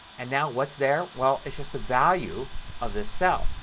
and now what's there. well, it's just the value of this cell.